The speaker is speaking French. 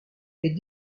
est